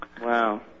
Wow